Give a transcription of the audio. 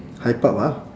hype up ah